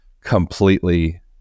completely